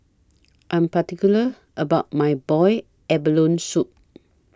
I'm particular about My boiled abalone Soup